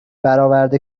برآورده